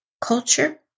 culture